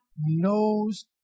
knows